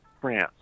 France